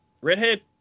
Redhead